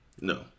No